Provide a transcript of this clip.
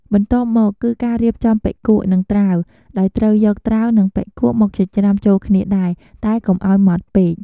បន្ទាប់មក គឺការរៀបចំបុិគក់ និងត្រាវ ដោយត្រូវយក ត្រាវ និង បុិគក់ មកចិញ្ច្រាំចូលគ្នាដែរ តែកុំឱ្យម៉ដ្ឋពេក។